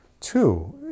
Two